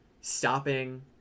stopping